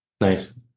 Nice